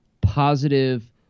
positive